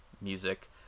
music